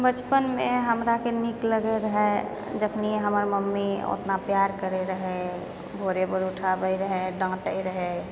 बचपनमे हमराके नीक लगय रहय जखनि हमर मम्मी उतना प्यार करय रहय भोरे भोर उठाबय रहय डाँटय रहय